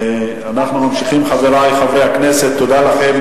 תודה לכם.